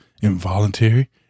Involuntary